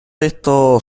esto